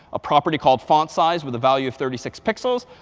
a property called font size with a value of thirty six pixels,